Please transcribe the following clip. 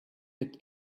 had